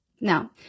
Now